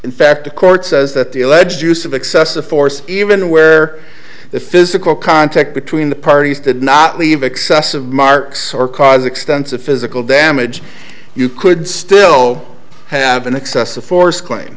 in fact the court says that the alleged use of excessive force even where the physical contact between the parties did not leave excessive marks or cause extensive physical damage you could still have an excessive force claim